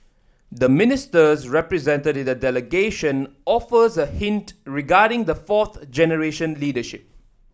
the Ministers represented in the delegation offers a hint regarding the fourth generation leadership